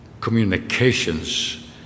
communications